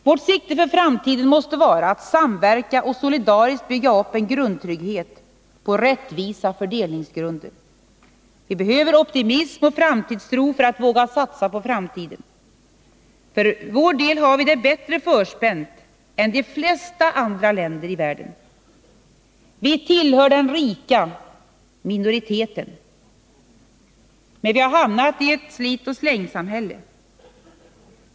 Vårt sikte för framtiden måste vara att samverka och solidariskt bygga upp en grundtrygghet på rättvisa fördelningsgrunder. Vi behöver optimism och framtidstro för att våga satsa på framtiden. För vår del har vi det bättre förspänt än de flesta andra länder i världen. Vi tillhör den rika minoriteten. Men vi har hamnat i ett slit-och-släng-samhälle.